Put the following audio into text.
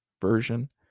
version